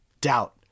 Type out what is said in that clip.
doubt